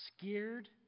scared